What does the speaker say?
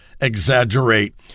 exaggerate